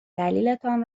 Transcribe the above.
دلیلتان